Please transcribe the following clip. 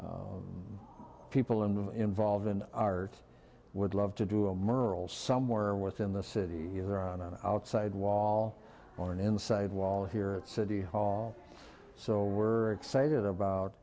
are people and involved in art would love to do a merle somewhere within the city either on an outside wall or an inside wall here at city hall so we're excited about